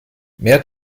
mehr